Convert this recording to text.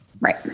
Right